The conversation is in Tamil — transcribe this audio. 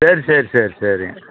சரி சரி சரி சரிங்க